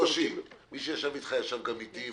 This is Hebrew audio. מי שישב אתך, ישב גם אתי.